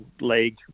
league